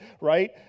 right